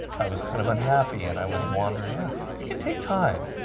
i was kind of unhappy and i was wandering around can take time